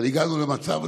אבל הגענו למצב,